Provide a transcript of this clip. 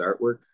artwork